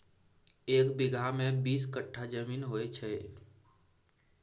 एक बीगहा मे बीस कट्ठा जमीन होइ छै